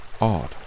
Odd